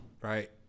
Right